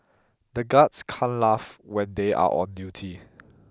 the guards can't laugh when they are on duty